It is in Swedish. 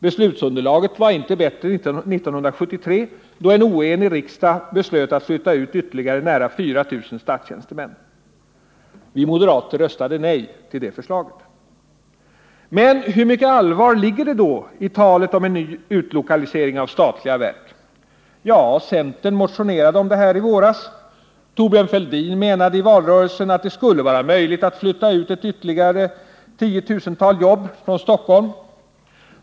Beslutsunderlaget var inte bättre 1973, då en oenig riksdag beslöt att flytta ut ytterligare nära 4 000 statstjänstemän. Vi moderater röstade nej till det förslaget. Men hur mycket allvar ligger det i talet om en nyutlokalisering av statliga verk? Ja, centern motionerade om detta i våras. Thorbjörn Fälldin menade i valrörelsen att det skulle vara möjligt att flytta ut ytterligare 10 000 jobb från Stockholm.